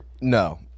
No